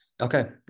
Okay